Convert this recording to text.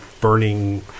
burning